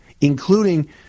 including